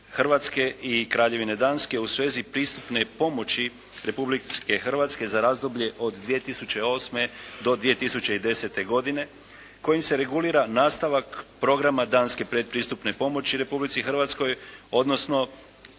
Hrvatske i Kraljevine Danske u svezi pristupne pomoći Republike Hrvatske za razdoblje od 2008. do 2010. godine, kojim se regulira nastavak programa danske predpristupne pomoći Republici Hrvatskoj odnosno